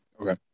Okay